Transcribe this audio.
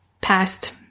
past